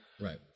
Right